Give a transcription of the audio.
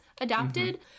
adapted